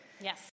Yes